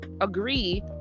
agree